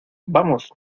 vamos